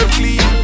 clean